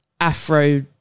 afro